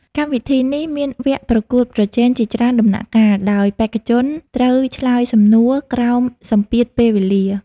កម្មវិធីនេះមានវគ្គប្រកួតប្រជែងជាច្រើនដំណាក់កាល ដោយបេក្ខជនត្រូវឆ្លើយសំណួរក្រោមសម្ពាធពេលវេលា។